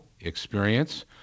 experience